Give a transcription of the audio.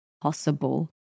possible